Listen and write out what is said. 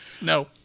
no